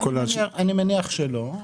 אני מניח שלא,